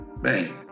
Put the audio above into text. Man